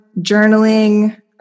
journaling